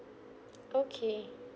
okay